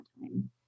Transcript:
time